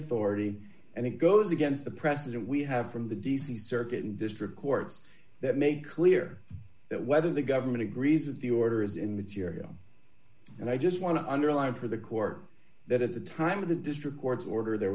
authority and it goes against the president we have from the d c circuit and district courts that make clear that whether the government agrees with the order is in material and i just want to underline for the court that at the time of the district court's order there